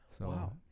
Wow